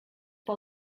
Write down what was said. per